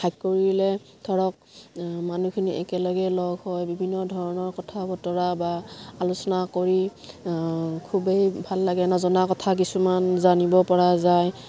hike কৰিলে ধৰক মানুহখিনি একেলগে লগ হয় বিভিন্ন ধৰণৰ কথা বতৰা বা আলোচনা কৰি খুবেই ভাল লাগে নজনা কথা কিছুমান জানিব পৰা যায়